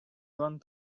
one